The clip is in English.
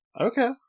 Okay